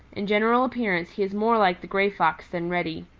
in general appearance he is more like the gray fox than reddy.